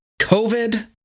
COVID